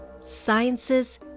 sciences